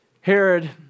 Herod